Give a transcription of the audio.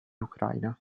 ucraina